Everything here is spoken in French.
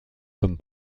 comme